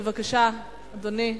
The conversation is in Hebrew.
בבקשה, אדוני.